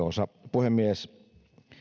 puhemies